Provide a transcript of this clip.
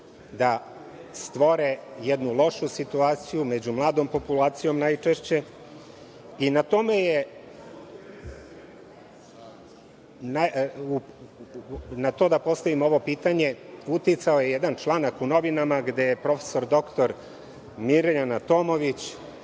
da stvore jednu lošu situaciju među mladom populacijom najčešće i na to da postavim ovo pitanje je uticao jedan članak u novinama gde profesor dr Mirjana Tomović